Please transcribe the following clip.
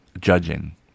judging